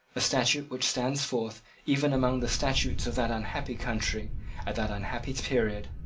a statute which stands forth even among the statutes of that unhappy country at that unhappy period,